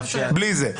בלי זה.